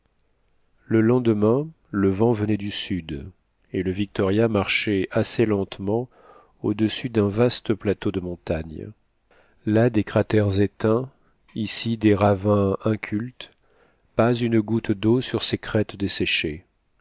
le lendemain le vent venait du sud et le victoria marchait assez lentement au-dessus d'un vaste plateau de montagnes là des cratères éteints ici des ravins incultes pas une goutte d'eau sur ces crêtes desséchées